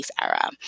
era